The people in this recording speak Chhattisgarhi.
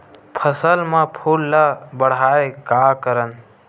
फसल म फूल ल बढ़ाय का करन?